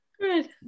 Good